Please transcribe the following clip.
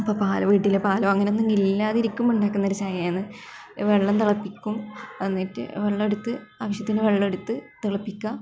അപ്പം പാൽ വീട്ടിലെ പാൽ അങ്ങനെയൊന്നും ഇല്ലാതിരിക്കുമ്പോള് ഉണ്ടാക്കുന്ന ഒരു ചായയാണ് വെള്ളം തിളപ്പിക്കും എന്നിട്ട് വെള്ളയെടുത്ത് ആവിശ്യത്തിന് വെള്ളം എടുത്ത് തിളപ്പിക്കുക